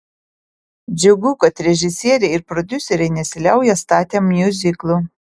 džiugu kad režisieriai ir prodiuseriai nesiliauja statę miuziklų